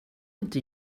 inte